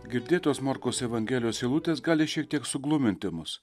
girdėtos morkaus evangelijos eilutės gali šiek tiek sugluminti mus